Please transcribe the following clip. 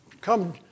come